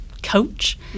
coach